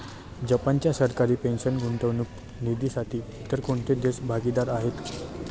जपानच्या सरकारी पेन्शन गुंतवणूक निधीसाठी इतर कोणते देश भागीदार आहेत?